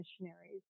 missionaries